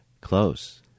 Close